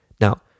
now